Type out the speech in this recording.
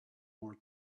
more